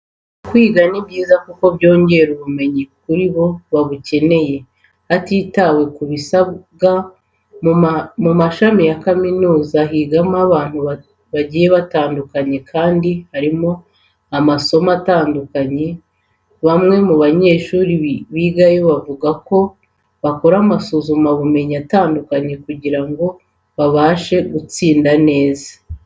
Kwiga ni byiza kuko byongera ubumenyi kuri abo babukeneye, hatitawe ku gisabwa, mu mashami ya kaminuza higamo abantu bagiye batandukanye kandi harimo n'amasomo atandukanye, bamwe mu banyeshuri bigayo bavuga ko bakora amasuzuma bumenyi atandukanye kugira ngo babashe gutsinda neza.